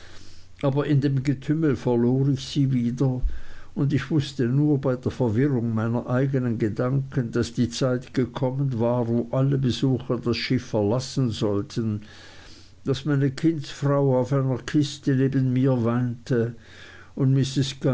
aber in dem getümmel verlor ich sie wieder und ich wußte nur bei der verwirrung meiner eignen gedanken daß die zeit gekommen war wo alle besucher das schiff verlassen sollten daß meine kindsfrau auf einer kiste neben mir weinte und mrs